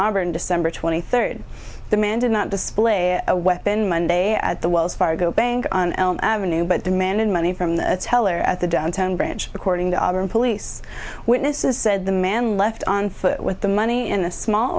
auburn december twenty third the man did not display a weapon monday at the wells fargo bank on elm avenue but demanded money from the teller at the downtown branch according to auburn police witnesses said the man left on foot with the money in a small